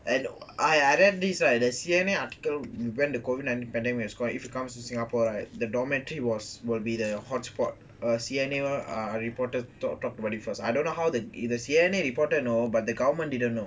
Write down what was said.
and I I read these right C_N_A article when the COVID nineteen pandemic comes to singapore right the dormitory was will be the hotspot a C_N_A ah reporters to talk about it first I don't know how the C_N_A reporters know but the government didn't know